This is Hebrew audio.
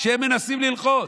כשהם מנסים ללחוץ.